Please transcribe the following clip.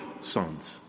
sons